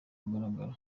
mugaragaro